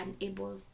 unable